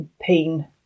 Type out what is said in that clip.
pain